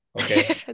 Okay